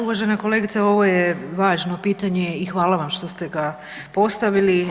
Uvažena kolegice, ovo je važno pitanje i hvala vam što ste ga postavili.